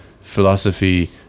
philosophy